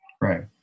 right